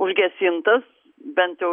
užgesintas bent jau